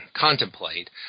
contemplate